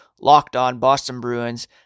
LockedOnBostonBruins